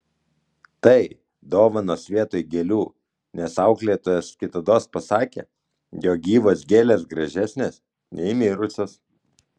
tai dovanos vietoj gėlių nes auklėtojas kitados pasakė jog gyvos gėlės gražesnės nei mirusios